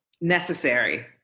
necessary